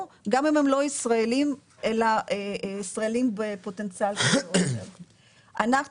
גם אם הם לא ישראלים אלא ישראלים בפוטנציאל --- אנחנו